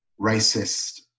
racist